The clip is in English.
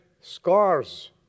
scars